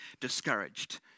discouraged